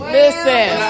Listen